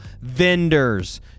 vendors